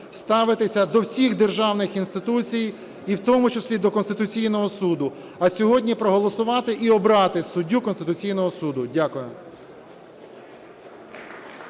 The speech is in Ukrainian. ставитися до всіх державних інституцій, і у тому числі до Конституційного Суду, а сьогодні проголосувати і обрати суддю Конституційного Суду. Дякую.